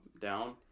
down